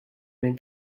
minn